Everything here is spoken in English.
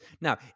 Now